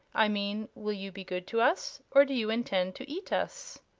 i mean, will you be good to us, or do you intend to eat us?